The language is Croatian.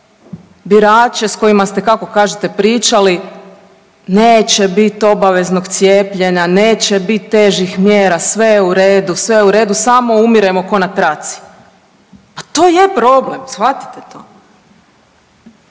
birače s kojima ste kako kažete pričali, neće biti obaveznog cijepljenja, neće biti težih mjera sve je u redu, sve u redu, samo umiremo ko na traci. Pa to je problem shvatite to.